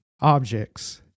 objects